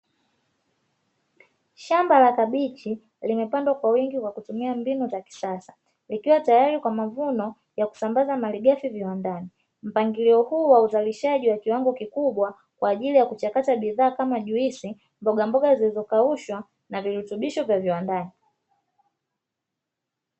Shamba la kabichi limepandwa kwa wingi kwa kutumia mbinu za kisasa, likiwa tayari kwa mavuno na kusambaza malighafi viwandani. Mpangilio huu wa uzalishaji wa kiwango kikubwa kwa ajili ya kuchakata bidhaa kama juisi, mboga mboga zilizokaushwa, na virutubisho vya viwandani.